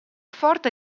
forte